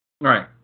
Right